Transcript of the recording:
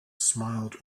smiled